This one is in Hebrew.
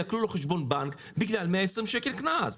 יעקלו לו חשבון בנק בגלל 120 שקל קנס,